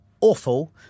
awful